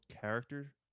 character